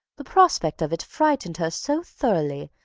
the prospect of it frightened her so thoroughly,